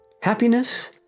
Happiness